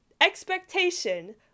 expectation